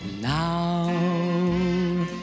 now